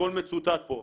הכול מצוטט פה,